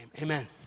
Amen